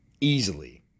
easily